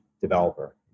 developer